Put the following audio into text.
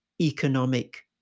economic